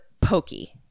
pokey